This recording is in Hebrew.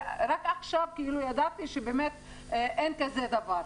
ורק עכשיו ידעתי שבאמת אין כזה דבר.